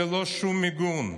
ללא שום מיגון.